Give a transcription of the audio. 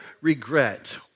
regret